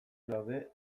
daude